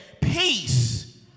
peace